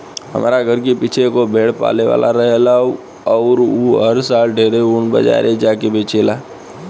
हमरा घर के पीछे एगो भेड़ पाले वाला रहेला अउर उ हर साल ढेरे ऊन बाजारे जा के बेचेला